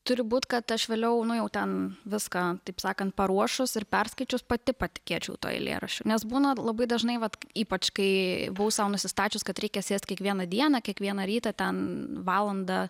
turi būt kad aš vėliau nu jau ten viską taip sakant paruošus ir perskaičius pati patikėčiau tuo eilėraščiu nes būna labai dažnai vat ypač kai buvau sau nusistačius kad reikia sėst kiekvieną dieną kiekvieną rytą ten valandą